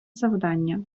завдання